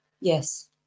Yes